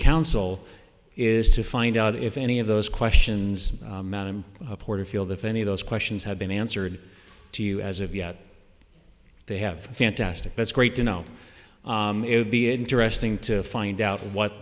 council is to find out if any of those questions met him porterfield if any of those questions have been answered to you as of yet they have fantastic that's great to know it would be interesting to find out what